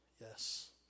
Yes